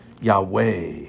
Yahweh